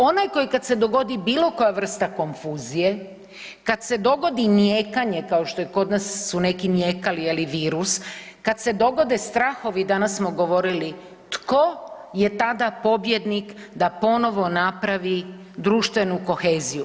Onaj koji kad se dogodi bilo koja vrsta konfuzije, kad se dogodi nijekanje kao što kod nas su neki nijekali je li virus, kad se dogode strahovi, danas smo govorili tko je tada pobjednik da ponovo napravi društvenu koheziju.